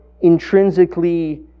intrinsically